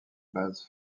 base